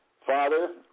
Father